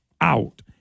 out